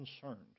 concerned